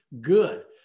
good